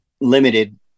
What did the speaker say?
limited